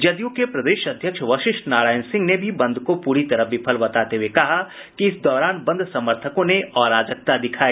जदयू के प्रदेश अध्यक्ष वशिष्ठ नारायण सिंह ने भी बंद को पूरी तरह विफल बताते हुये कहा कि इस दौरान बंद समर्थकों ने अराजकता दिखाई